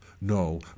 No